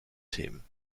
themen